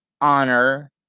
honor